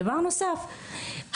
דבר נוסף,